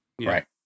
right